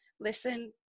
listen